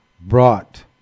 brought